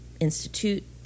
institute